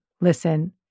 listen